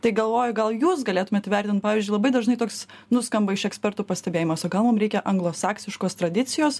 tai galvoju gal jūs galėtumėt įvertint pavyzdžiui labai dažnai toks nuskamba iš ekspertų pastebėjimas o gal mum reikia anglosaksiškos tradicijos